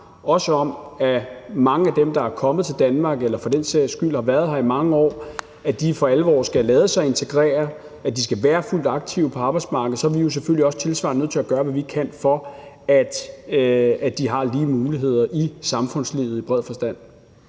krav om, at dem, der er kommet til Danmark eller for den sags skyld har været her i mange år, for alvor skal lade sig integrere, at de skal være fuldt aktive på arbejdsmarkedet, er vi selvfølgelig også på den anden side tilsvarende nødt til at gøre, hvad vi kan, for, at de har lige muligheder i samfundslivet i bred forstand.